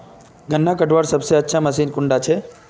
गन्ना कटवार सबसे अच्छा मशीन कुन डा छे?